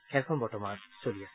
খেলখন বৰ্তমান চলি আছে